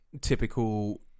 typical